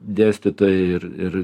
dėstytojai ir ir